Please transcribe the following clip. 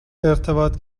ارتباط